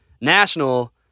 national